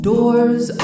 Doors